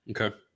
Okay